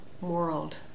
World